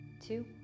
two